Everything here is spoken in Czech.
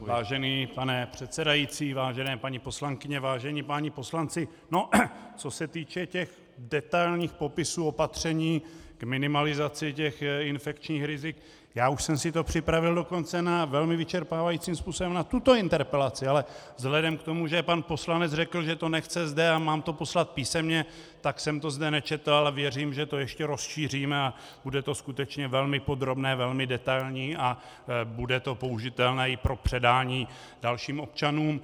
Vážený pane předsedající, vážené paní poslankyně, vážení páni poslanci, co se týče těch detailních popisů opatření k minimalizaci infekčních rizik, já už jsem si to připravil dokonce velmi vyčerpávajícím způsobem na tuto interpelaci, ale vzhledem k tomu, že pan poslanec řekl, že to nechce zde, ale mám to poslat písemně, tak jsem to zde nečetl, ale věřím, že to ještě rozšíříme a bude to skutečně velmi podrobné, velmi detailní a bude to použitelné i pro předání dalším občanům.